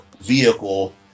vehicle